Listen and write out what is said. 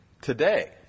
today